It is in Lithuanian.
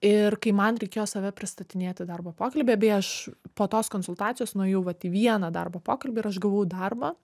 ir kai man reikėjo save pristatinėti darbo pokalbyje beje aš po tos konsultacijos nuėjau vat į vieną darbo pokalbį ir aš gavau darbą